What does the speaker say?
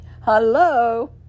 hello